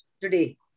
today